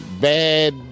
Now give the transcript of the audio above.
bad